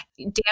Dan